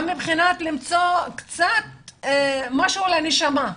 גם מבחינת למצוא משהו לנשמה.